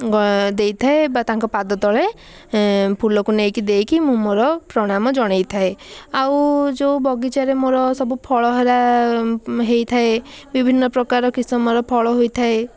ଦେଇଥାଏ ବା ତାଙ୍କ ପାଦତଳେ ଫୁଲକୁ ନେଇକି ଦେଇକି ମୁଁ ମୋର ପ୍ରଣାମ ଜଣେଇଥାଏ ଆଉ ଯେଉଁ ବଗିଚାରେ ମୋର ସବୁ ଫଳ ହେରା ହୋଇଥାଏ ବିଭିନ୍ନ ପ୍ରକାର କିସମର ଫଳ ହୋଇଥାଏ